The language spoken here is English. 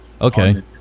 okay